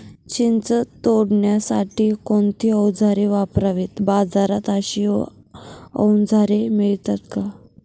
चिंच तोडण्यासाठी कोणती औजारे वापरावीत? बाजारात अशी औजारे मिळतात का?